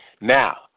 Now